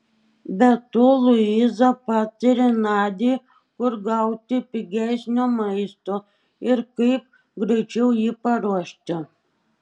be to luiza patarė nadiai kur gauti pigesnio maisto ir kaip greičiau jį paruošti